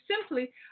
simply